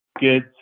good